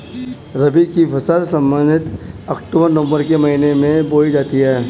रबी की फ़सल सामान्यतः अक्तूबर नवम्बर के महीने में बोई जाती हैं